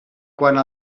quant